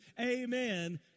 Amen